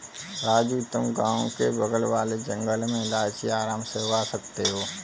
राजू तुम गांव के बगल वाले जंगल में इलायची आराम से उगा सकते हो